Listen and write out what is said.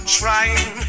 trying